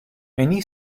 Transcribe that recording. many